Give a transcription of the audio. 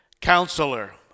Counselor